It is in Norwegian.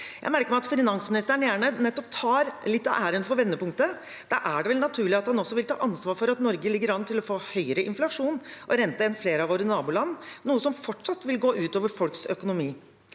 Jeg merker meg at finansministeren gjerne tar litt av æren for vendepunktet. Da er det vel naturlig at han også vil ta ansvar for at Norge ligger an til å få høyere inflasjon og rente enn flere av våre naboland, noe som fortsatt vil gå ut over folks økonomi.